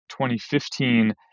2015